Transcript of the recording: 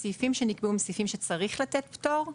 הסעיפים שנקבעו הם סעיפים שצריך לתת עליהם פטור,